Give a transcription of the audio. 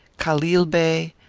khalil bey,